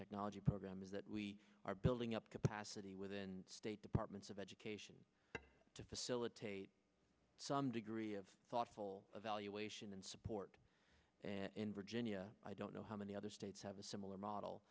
technology program is that we are building up capacity within state departments of education to facilitate some degree of thoughtful evaluation and support and in virginia i don't know how many other states have a similar model